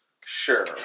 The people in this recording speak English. Sure